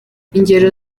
ingero